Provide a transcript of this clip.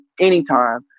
anytime